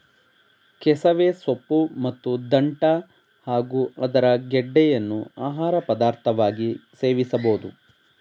ಕೆಸವೆ ಸೊಪ್ಪು ಮತ್ತು ದಂಟ್ಟ ಹಾಗೂ ಅದರ ಗೆಡ್ಡೆಯನ್ನು ಆಹಾರ ಪದಾರ್ಥವಾಗಿ ಸೇವಿಸಬೋದು